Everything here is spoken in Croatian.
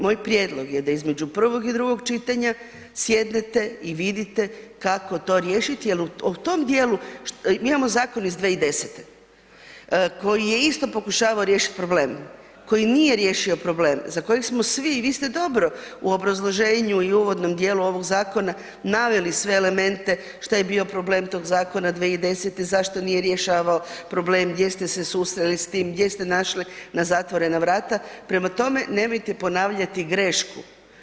Moj prijedlog je da između prvog i drugog čitanja sjednete i vidite kako to riješiti, jer o tom dijelu, mi imamo zakon iz 2010. koji je isto pokušavao riješiti problem, koji nije riješio problem, za kojeg smo svi, vi ste dobro u obrazloženju i uvodnom dijelu ovog zakona naveli sve elemente što je bio problem tog zakona 2010., zašto nije rješavao problem, gdje ste se susreli s tim, gdje ste naišli na zatvorena vrata, prema tome nemojte ponavljati grešku.